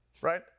Right